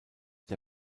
der